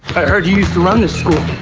i heard you used to run this school.